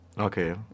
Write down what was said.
Okay